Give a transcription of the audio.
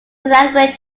language